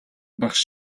багш